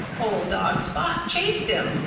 old dog spot chased him,